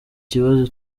kibazo